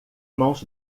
mãos